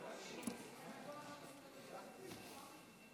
הכול פה רטוב.